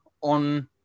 on